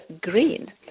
green